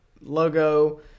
logo